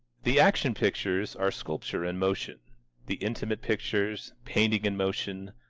the action pictures are sculpture-in-motion the intimate pictures, paintings-in-motion,